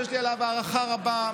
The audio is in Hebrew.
שיש לי אליו הערכה רבה,